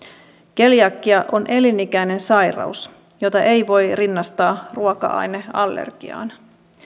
keliakia on elinikäinen sairaus jota ei voi rinnastaa ruoka aineallergiaan